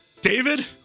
David